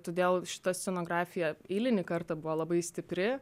todėl šita scenografija eilinį kartą buvo labai stipri